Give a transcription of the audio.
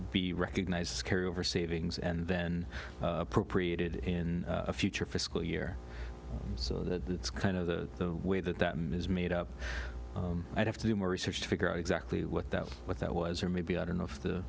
be recognized as carry over savings and then appropriated in a future fiscal year so that's kind of the way that that ms made up i'd have to do more research to figure out exactly what that what that was or maybe i don't know if the